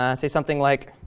um say something like